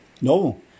No